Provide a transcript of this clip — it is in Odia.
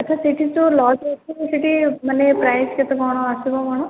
ଆଛା ସେଇଠି ଯୋଉ ଲଜ୍ ଅଛି ସେଠି ମାନେ ପ୍ରାଇସ୍ କେତେ କ'ଣ ଆସିବ କ'ଣ